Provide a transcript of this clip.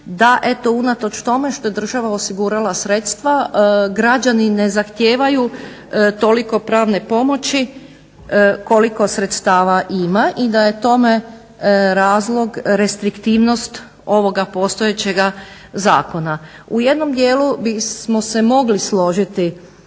da eto unatoč tome što je država osigurala sredstva građani ne zahtijevaju toliko pravne pomoći koliko sredstava ima i da je tome razlog restriktivnost ovoga postojećega zakona. U jednom dijelu bismo se mogli složiti